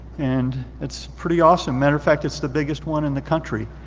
and it's pretty awesome. matter of fact, it's the biggest one in the country.